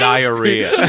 Diarrhea